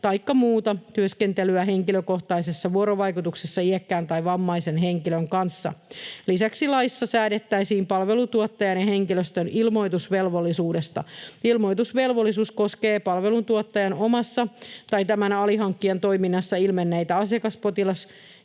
taikka muuta työskentelyä henkilökohtaisessa vuorovaikutuksessa iäkkään tai vammaisen henkilön kanssa. Lisäksi laissa säädettäisiin palveluntuottajan ja henkilöstön ilmoitusvelvollisuudesta. Ilmoitusvelvollisuus koskee palveluntuottajan omassa tai tämän alihankkijan toiminnassa ilmenneitä asiakas-